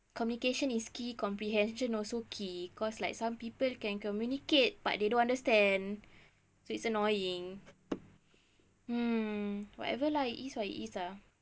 communication is key comprehension also key cause like some people can communicate but they don't understand so it's annoying hmm whatever lah it is what it is ah